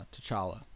T'Challa